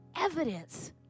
evidence